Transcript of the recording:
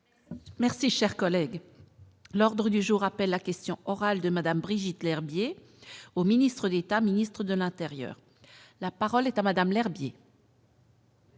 Merci, cher collègue, l'ordre du jour appelle la question orale de Madame Brigitte Lherbier au ministre d'État, ministre de l'Intérieur, la parole est à Madame Lherbier.